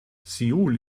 seoul